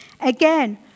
Again